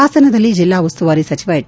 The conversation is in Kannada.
ಹಾಸನದಲ್ಲಿ ಜಿಲ್ಲಾ ಉಸ್ತುವಾರಿ ಸಚಿವ ಎಚ್